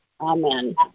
Amen